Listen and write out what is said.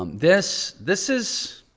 um this, this is,